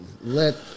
let